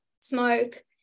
smoke